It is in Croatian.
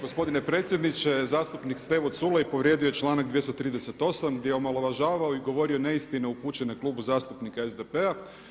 Gospodine predsjedniče, zastupnik Stevo Culej povrijedio je članak 238. gdje je omalovažavao i govorio neistine upućene Klubu zastupnika SDP-a.